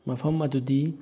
ꯃꯐꯝ ꯑꯗꯨꯗꯤ